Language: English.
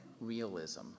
realism